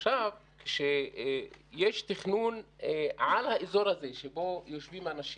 עכשיו, כשיש תכנון על האזור הזה שבו יושבים האנשים